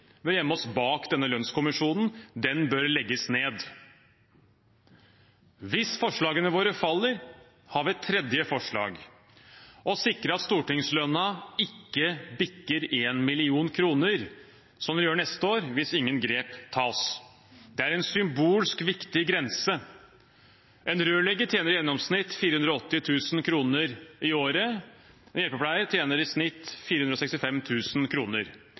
å gjemme oss bak denne lønnskommisjonen. Den bør legges ned. Hvis forslagene våre faller, har vi et tredje forslag, å sikre at stortingslønnen ikke bikker 1 mill. kr, som den gjør neste år hvis ingen grep tas. Det er en symbolsk viktig grense. En rørlegger tjener i gjennomsnitt 480 000 kr i året, en hjelpepleier tjener i snitt